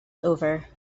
over